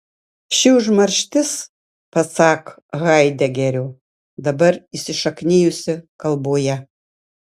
ši užmarštis pasak haidegerio dabar įsišaknijusi kalboje